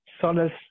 solace